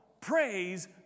Praise